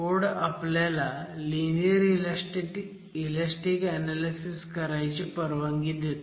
code आपल्याला linear elastic analysis करायची परवानगी देतो